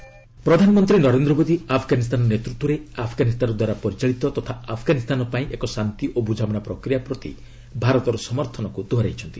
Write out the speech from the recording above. Afghan president ପ୍ରଧାନମନ୍ତ୍ରୀ ନରେନ୍ଦ୍ର ମୋଦି ଆଫଗାନୀସ୍ତାନ ନେତୃତ୍ୱରେ ଆଫଗାନୀସ୍ତାନଦ୍ୱାରା ପରିଚାଳିତ ତଥା ଆଫଗାନୀସ୍ତାନ ପାଇଁ ଏକ ଶାନ୍ତି ଓ ବୁଝାମଣା ପ୍ରକ୍ରିୟା ପ୍ରତି ଭାରତର ସମର୍ଥନକୁ ଦୋହରାଇଛନ୍ତି